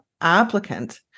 applicant